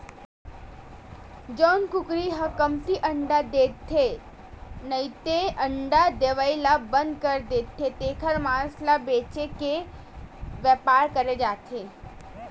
जउन कुकरी ह कमती अंडा देथे नइते अंडा देवई ल बंद कर देथे तेखर मांस ल बेचे के बेपार करे जाथे